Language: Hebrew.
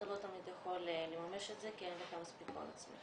אתה לא תמיד יכול לממש את זה כי אין לך מספיק הון עצמי.